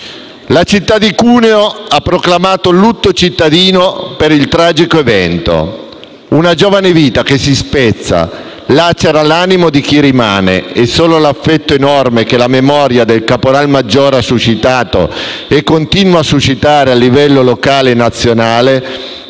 La città di Cuneo ha proclamato il lutto cittadino per il tragico evento. Una giovane vita che si spezza lacera l'animo di chi rimane, e solo l'affetto enorme che la memoria del caporal maggiore ha suscitato e continua a suscitare a livello locale e nazionale